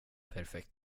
perfekt